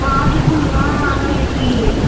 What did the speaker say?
खादितुं न आनयति